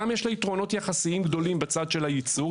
גם יש לה יתרונות יחסיים גדולים בצד של הייצור,